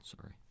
sorry